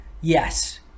Yes